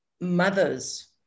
mothers